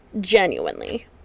genuinely